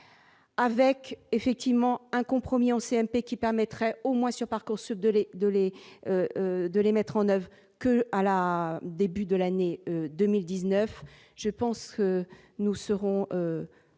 avec effectivement un compromis en CMP qui permettrait au moins sur Parcoursup de lait, de les, de les mettre en oeuvre que à la début de l'année 2019, je pense que nous serons